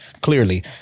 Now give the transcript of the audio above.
clearly